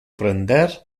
prender